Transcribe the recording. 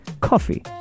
coffee